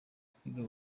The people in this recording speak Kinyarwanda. kwiga